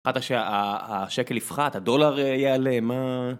אמרת שהשקל יפחת הדולר יעלה מה?